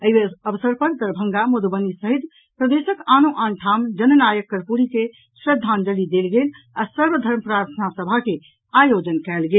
एहि अवसर पर दरभंगा मधुबनी सहित प्रदेशक आनो आन ठाम जन नायक कर्पूरी के श्रद्धांजलि देल गेल आ सर्व धर्म प्रार्थना सभा के आयोजन कयल गेल